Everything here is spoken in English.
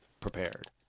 prepared